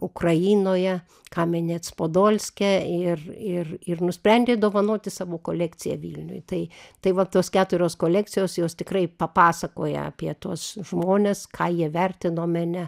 ukrainoje kamenec podolske ir ir ir nusprendė dovanoti savo kolekciją vilniui tai tai va tos keturios kolekcijos jos tikrai papasakoja apie tuos žmones ką jie vertino mene